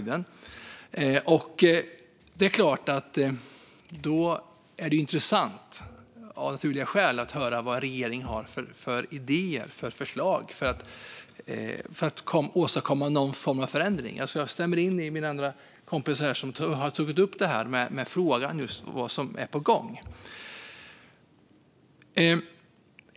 Det är då av naturliga skäl intressant att höra vad en regering har för idéer och förslag för att åstadkomma någon form av förändring. Jag stämmer alltså in i den fråga som min kompis här ställde gällande vad som är på gång.